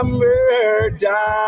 murder